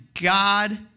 God